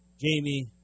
Jamie